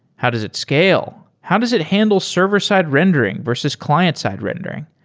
how does it scale? how does it handle server-side rendering versus client side rendering?